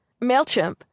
MailChimp